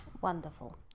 Wonderful